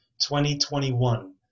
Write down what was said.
2021